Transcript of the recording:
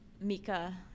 Mika